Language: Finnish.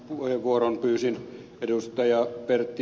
tämän puheenvuoron pyysin ed